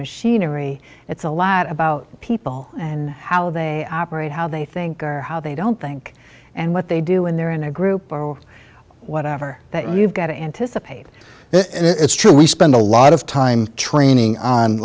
machinery it's a lot about people and how they operate how they think or how they don't think and what they do when they're in a group or whatever but you've got to anticipate it's true we spend a lot of time training on